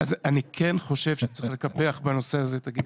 אני כן חושב שצריך לקפח בנושא הזה את הגיל